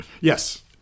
Yes